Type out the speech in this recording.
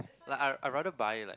like I I rather buy like